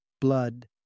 blood